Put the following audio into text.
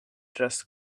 dress